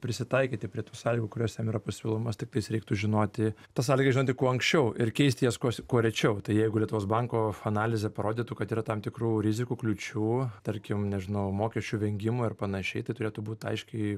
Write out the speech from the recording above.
prisitaikyti prie tų sąlygų kurios jiem yra pasiūlomos tiktais reiktų žinoti tas sąlygas žinoti kuo anksčiau ir keisti jas kuo kuo rečiau tai jeigu lietuvos banko analizė parodytų kad yra tam tikrų rizikų kliūčių tarkim nežinau mokesčių vengimo ir panašiai tai turėtų būt aiškiai